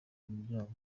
imiryango